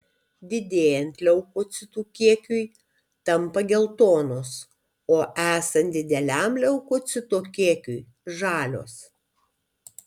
didėjant leukocitų kiekiui tampa geltonos o esant dideliam leukocitų kiekiui žalios